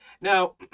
Now